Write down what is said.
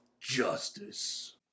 justice